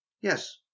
Yes